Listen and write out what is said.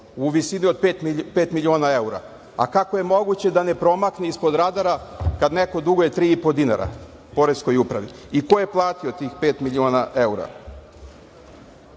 u visini od pet miliona evra? Kako je moguće da ne promakne ispod radara kada neko duguje 3,5 dinara poreskoj upravi? Ko je plati tih pet miliona